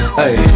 hey